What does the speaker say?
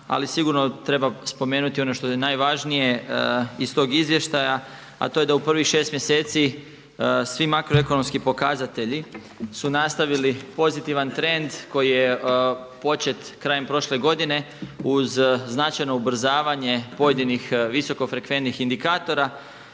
ali sigurno treba spomenuti ono što je najvažnije iz tog izvještaja, a to je da u prvih šest mjeseci svi makroekonomski pokazatelji su nastavili pozitivan trend koji je počet krajem prošle godine uz značajno ubrzavanje pojedinih visokofrekventnih indikatora.